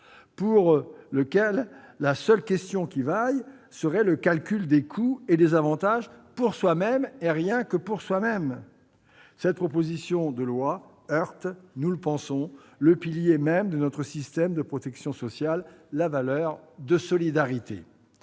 pour lequel la seule question qui vaille serait celle du calcul des coûts et des avantages pour soi-même, et rien que pour soi-même ! Cette proposition de loi heurte, nous le pensons, le pilier même de notre système de protection sociale : la valeur de solidarité.